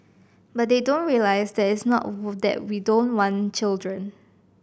but they don't realise that it's not that we don't want children